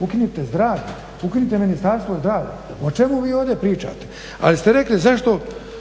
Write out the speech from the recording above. Ukinite zdravlje, ukinite Ministarstvo zdravlja. O čemu vi ovdje pričate? Ali ste rekli zašto